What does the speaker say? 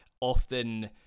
often